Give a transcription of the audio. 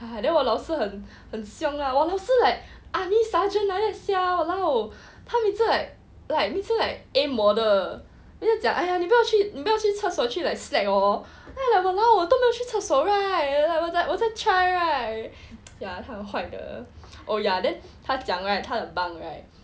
then 我老师很凶 lah 我老师 like army sergeant like that sia !walao! 他一直 like like 一直 like aim 我的每次讲哎呀你不要不要去厕所去 like slack hor then I'm like !walao! 我都没有去厕所 right 我在 try right ya 很坏的 oh ya then 他讲 right 他的 bunk right